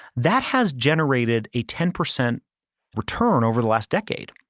that has generated a ten percent return over the last decade.